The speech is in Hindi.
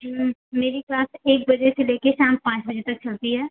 मेरी क्लास एक बजे से ले कर शाम पाँच बजे तक चलती है